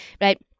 right